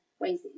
Ways